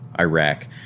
Iraq